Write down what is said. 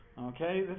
Okay